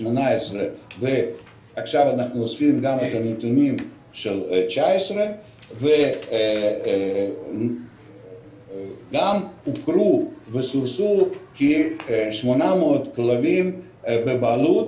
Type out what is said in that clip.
2018 ועכשיו אנחנו אוספים נתונים של 2019. גם עוקרו וסורסו כ-800 כלבים בבעלות,